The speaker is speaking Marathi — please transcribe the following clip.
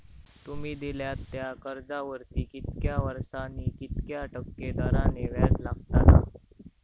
तुमि दिल्यात त्या कर्जावरती कितक्या वर्सानी कितक्या टक्के दराने व्याज लागतला?